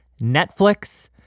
Netflix